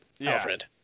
Alfred